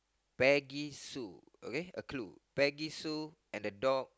Peggy Sue okay a clue Peggy Sue and the dog